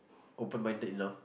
open minded enough